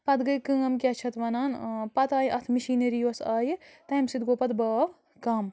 پتہٕ گٔے کٲم کیٛاہ چھِ اَتھ وَنان پتہٕ آے اَتھ مِشیٖنٔری یۄس آیہِ تَمہِ سۭتۍ گوٚو پتہٕ بھاو کَم